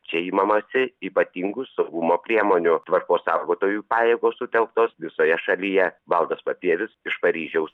čia imamasi ypatingų saugumo priemonių tvarkos saugotojų pajėgos sutelktos visoje šalyje valdas papievis iš paryžiaus